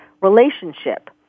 relationship